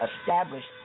established